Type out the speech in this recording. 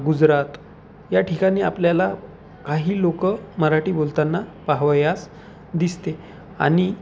गुजरात या ठिकाणी आपल्याला काही लोक मराठी बोलताना पाहावयास दिसते आणि